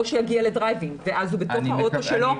או שיגיע לדרייב-אין ואז הוא בתוך האוטו שלו בבידוד.